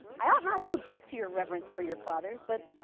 i ought not to object to your reverence for your fathers. but,